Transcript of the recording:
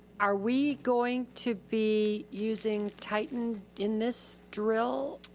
are we going to be using titan in this drill?